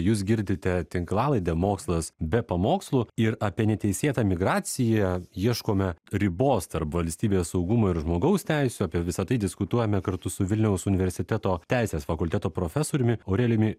jūs girdite tinklalaidę mokslas be pamokslų ir apie neteisėtą migraciją ieškome ribos tarp valstybės saugumo ir žmogaus teisių apie visa tai diskutuojame kartu su vilniaus universiteto teisės fakulteto profesoriumi aurelijumi